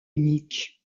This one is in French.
unique